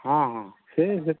ହଁ ହଁ ସେଇ ଯେ